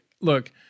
look